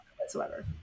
whatsoever